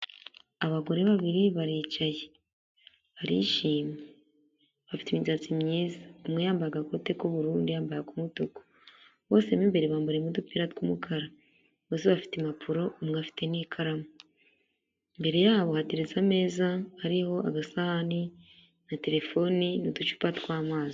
Abagore babiri baricaye, barishimye, bafite imisatsi myiza, umwe yambaye agakote k'ubururu undi yambaye ak'umutuku, bose mo imbere bambariyemo udupira tw'umukara, bose bafite impapuro, umwe afite n'ikaramu, imbere yabo hateretse ameza ariho agasahani na terefoni n'uducupa tw'amazi.